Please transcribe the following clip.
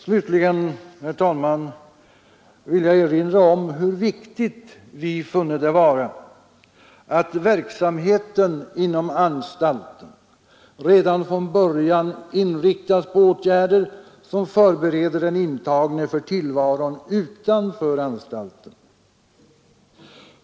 Slutligen, herr talman, vill jag erinra om hur viktigt vi funnit det vara att verksamheten inom anstalten redan från början inriktas på åtgärder som förbereder den intagne för tillvaron utanför anstalten.